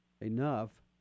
enough